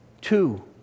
two